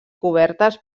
cobertes